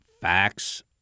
facts